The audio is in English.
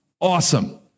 Awesome